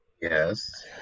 yes